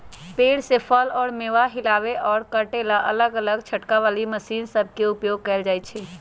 पेड़ से फल अउर मेवा हिलावे अउर काटे ला अलग अलग झटका वाली मशीन सब के उपयोग कईल जाई छई